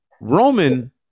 Roman